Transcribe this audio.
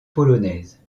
polonaise